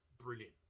Brilliant